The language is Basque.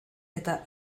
eta